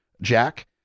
Jack